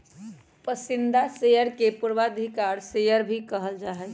पसंदीदा शेयर के पूर्वाधिकारी शेयर भी कहल जा हई